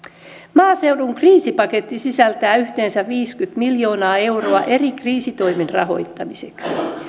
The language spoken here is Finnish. maaseudun kriisipaketti sisältää yhteensä viisikymmentä miljoonaa euroa eri kriisitoimien rahoittamiseksi